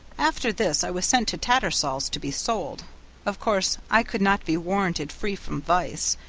after this i was sent to tattersall's to be sold of course i could not be warranted free from vice,